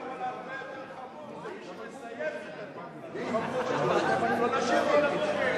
הרבה יותר חמור זה מי שמזייף את "התקווה" לא לשיר "התקווה",